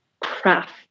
craft